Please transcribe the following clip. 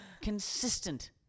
Consistent